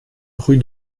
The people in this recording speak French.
rue